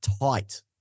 tight